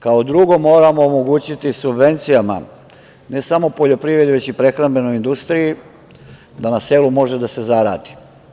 Kao drugo, moramo omogućiti subvencijama ne samo poljoprivrednoj već i prehrambenoj industriji da na selu može da se zaradi.